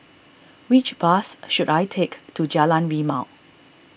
which bus should I take to Jalan Rimau